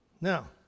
Now